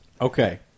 Okay